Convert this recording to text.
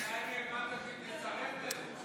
השאלה היא אם האמנת שהיא תסרב לזה.